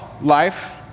life